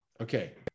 Okay